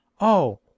Oh